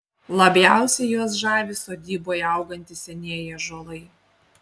labiausiai juos žavi sodyboje augantys senieji ąžuolai